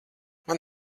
man